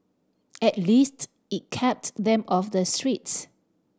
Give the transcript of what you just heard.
at least it kept them off the streets